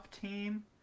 team